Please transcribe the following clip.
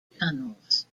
tunnels